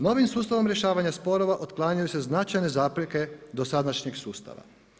Novim sustavom rješavanja sporova otklanjaju se značajne zapreke dosadašnjeg sustava.